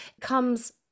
comes